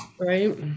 right